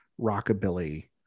rockabilly